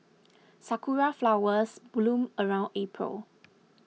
sakura flowers bloom around April